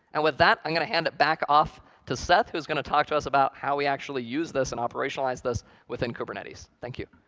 and with that, i'm going to hand it back off to seth who's going to talk to us about how we actually use this and operationalize this within kubernetes. thank you.